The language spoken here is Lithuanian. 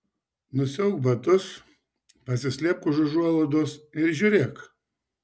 nusiauk batus pasislėpk už užuolaidos ir žiūrėk